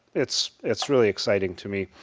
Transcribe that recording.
it's it's really exciting to me.